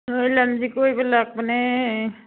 ꯍꯣꯏ ꯂꯝꯁꯦ ꯀꯣꯏꯕ ꯂꯥꯛꯄꯅꯦ